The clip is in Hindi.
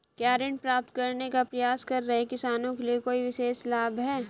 क्या ऋण प्राप्त करने का प्रयास कर रहे किसानों के लिए कोई विशेष लाभ हैं?